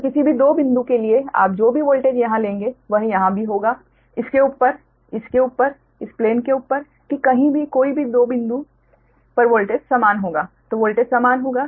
तो किसी भी 2 बिंदु के लिए आप जो भी वोल्टेज यहां लेंगे वह यहाँ भी होगा इसके उपर इसके उपर इस प्लेन के ऊपर कि कहीं भी कोई भी 2 बिंदु पर वोल्टेज समान होगा तो वोल्टेज समान होगा